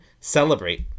celebrate